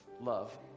love